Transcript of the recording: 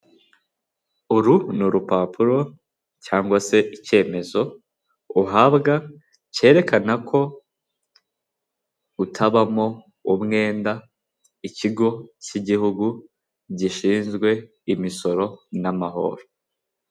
Uru ni urupapuro cyangwa se icyemezo uhabwa cyerekana ko utabamo umwenda ikigo k'igihugu gishinzwe imisoro n'amahoro.